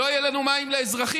לא יהיו לנו מים לאזרחים,